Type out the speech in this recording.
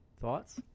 Thoughts